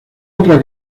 otra